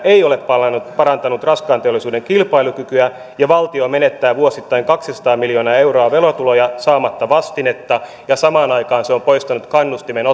ei ole parantanut raskaan teollisuuden kilpailukykyä ja valtio menettää vuosittain kaksisataa miljoonaa euroa verotuloja saamatta vastinetta ja samaan aikaan se on poistanut kannustimen